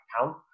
account